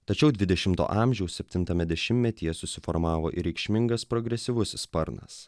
tačiau dvidešimto amžiaus septintame dešimtmetyje susiformavo ir reikšmingas progresyvusis sparnas